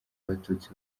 abatutsi